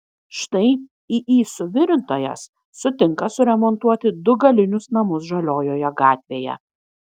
štai iį suvirintojas sutinka suremontuoti du galinius namus žaliojoje gatvėje